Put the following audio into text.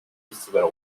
festivals